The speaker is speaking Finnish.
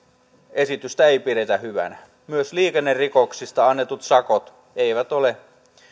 esitystä ei pidetä hyvänä myöskään liikennerikoksista annetut sakot eivät ole